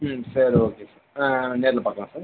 ம் சரி okay sir நேரில் பார்க்கலாம் சார்